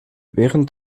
während